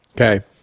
Okay